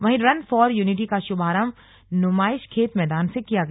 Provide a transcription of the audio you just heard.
वहीं run for unity का शुभारंभ नुमाइशखेत मैदान से किया गया